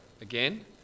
again